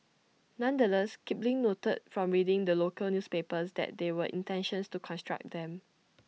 nonetheless Kipling noted from reading the local newspapers that there were intentions to construct them